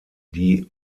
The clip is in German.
die